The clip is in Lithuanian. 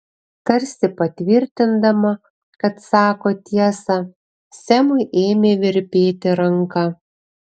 tarsi patvirtindama kad sako tiesą semui ėmė virpėti ranka